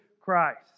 Christ